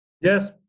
yes